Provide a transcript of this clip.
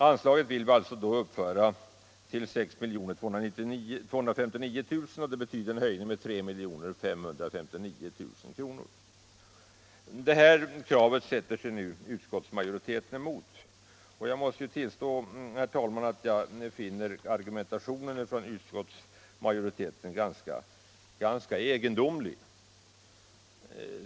Anslaget vill vi uppföra till 6 259 000 kr., alltså en höjning med 3 559 000. Detta krav sätter sig utskottsmajoriteten emot. Jag måste tillstå att jag finner utskottsmajoritetens argumentation ganska egendomlig.